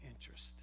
interest